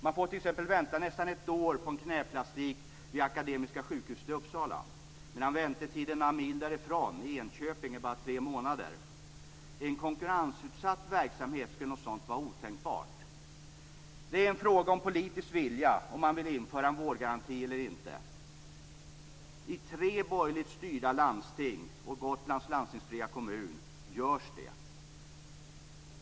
Man får t.ex. vänta nästan ett år för en knäplastik vid Akademiska sjukhuset i Uppsala medan väntetiden några mil därifrån i Enköping är bara tre månader. I en konkurrensutsatt verksamhet skulle något sådant vara otänkbart. Det är en fråga om politisk vilja om man vill införa en vårdgaranti eller inte. I tre borgerligt styrda landsting och Gotlands landstingsfria kommun finns det.